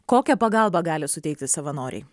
kokią pagalbą gali suteikti savanoriai